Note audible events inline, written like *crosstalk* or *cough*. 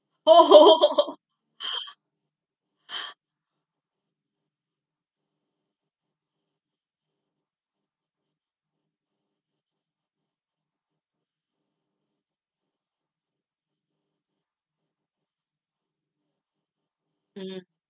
*laughs* *breath* mm